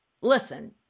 Listen